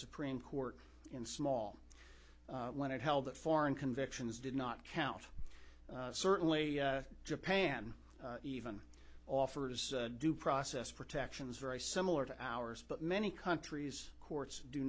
supreme court in small when it held that foreign convictions did not count certainly japan even offers due process protections very similar to ours but many countries courts do